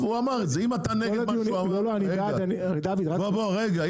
נגד מה שהוא אמר, אני אאפשר לך לדבר.